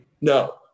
No